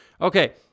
Okay